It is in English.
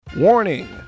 Warning